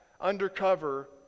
undercover